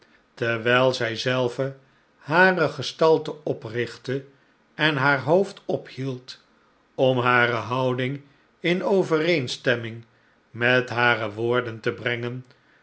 terwijl zij zelve hare gestalte oprichtte en haar hoofd ophield om hare houding in overeenstemming met hare woorden te brengen